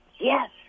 yes